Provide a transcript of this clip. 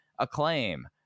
acclaim